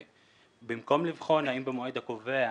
שבמקום לבחון אם במועד הקובע